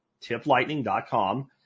tiplightning.com